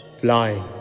flying